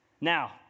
Now